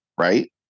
right